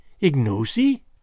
Ignosi